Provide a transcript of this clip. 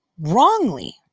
wrongly